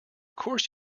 course